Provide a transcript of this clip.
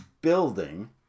building